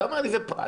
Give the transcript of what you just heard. אתה אומר לי זה פרט,